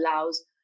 allows